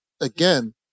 again